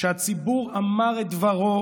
שהציבור אמר את דברו,